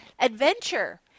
adventure